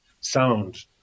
sound